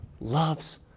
loves